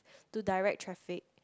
to direct traffic